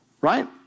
right